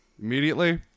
Immediately